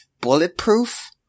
Bulletproof